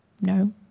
no